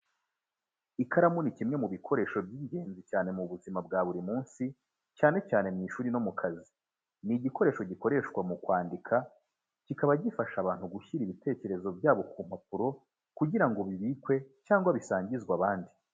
Ikaramu ni kimwe mu bikoresho by’ingenzi cyane mu buzima bwa buri munsi, cyane cyane mu ishuri no mu kazi. Ni igikoresho gikoreshwa mu kwandika, kikaba gifasha abantu gushyira ibitekerezo byabo ku mpapuro kugira ngo bibikwe cyangwa bisangizwe abandi.